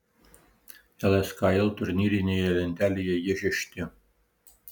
lskl turnyrinėje lentelėje jie šešti